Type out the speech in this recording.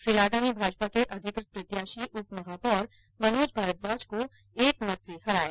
श्री लाटा ने भाजपा के अधिकृत प्रत्याशी उप महापौर मनोज भारद्वाज को एक मत से हराया